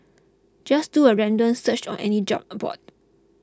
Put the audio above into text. just do a random search on any job aboard